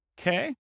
Okay